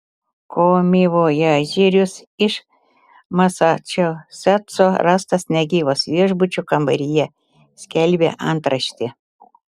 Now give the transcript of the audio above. komivojažierius iš masačusetso rastas negyvas viešbučio kambaryje skelbė antraštė